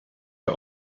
der